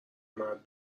مرد